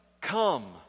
come